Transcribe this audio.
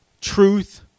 truth